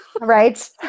Right